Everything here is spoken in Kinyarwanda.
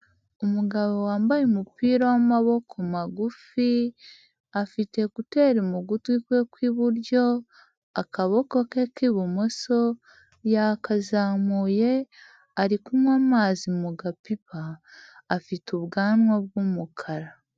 Umugabo wambaye umupira w'amaboko magufi afite kuteri mu gutwi kwe kw'iburyo akaboko ke k'ibumoso yakazamuye ari kunywa amazi mu gapipa afite ubwanwa bwumukara